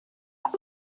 add